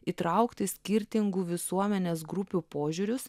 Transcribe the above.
įtraukti skirtingų visuomenės grupių požiūrius